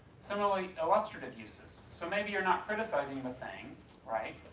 similarly, illustrative uses. so maybe you're not criticizing the thing right,